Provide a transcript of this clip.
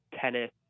tennis